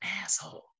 asshole